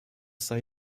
sei